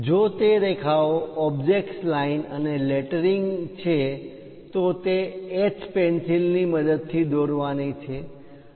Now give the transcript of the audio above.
જો તે રેખા ઓ ઓબ્જેક્ટ લાઇન્સ અને લેટરિંગ છે તો તે H પેન્સિલની મદદથી દોરવાની છે